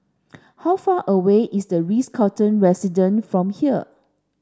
how far away is The Ritz Carlton Residence from here